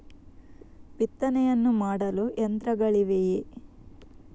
ಬಿತ್ತನೆಯನ್ನು ಮಾಡಲು ಯಂತ್ರಗಳಿವೆಯೇ?